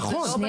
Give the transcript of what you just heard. נכון.